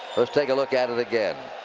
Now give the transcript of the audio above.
let's take a look at it again.